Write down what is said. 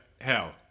hell